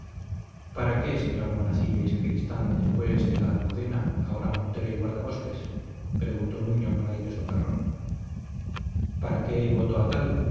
para qué señor monacillo y sacristán después de la almudena ahora montero y guardabosques preguntó nuño con aire socarrón para qué voto a tal